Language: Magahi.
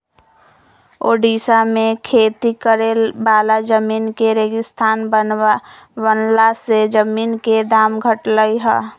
ओड़िशा में खेती करे वाला जमीन के रेगिस्तान बनला से जमीन के दाम घटलई ह